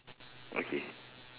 okay